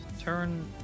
turn